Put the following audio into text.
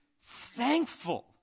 thankful